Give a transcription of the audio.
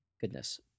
Goodness